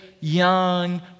young